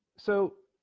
so